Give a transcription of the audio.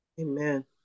Amen